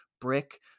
brick